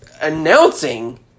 announcing